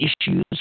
issues